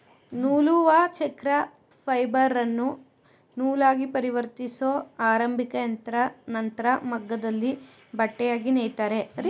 ನೂಲುವಚಕ್ರ ಫೈಬರನ್ನು ನೂಲಾಗಿಪರಿವರ್ತಿಸೊ ಆರಂಭಿಕಯಂತ್ರ ನಂತ್ರ ಮಗ್ಗದಲ್ಲಿ ಬಟ್ಟೆಯಾಗಿ ನೇಯ್ತಾರೆ